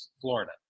Florida